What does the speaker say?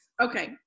Okay